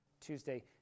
Tuesday